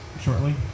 shortly